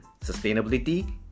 sustainability